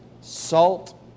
Salt